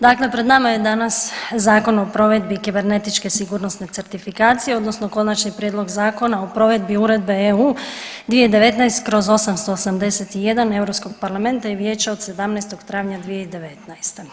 Dakle pred nama je danas Zakon o provedbi kibernetičke sigurnosne certifikacije, odnosno Konačni prijedlog Zakona o provedbi Uredbe EU 2019/881 EU Parlamenta i Vijeća od 17. travnja 2019.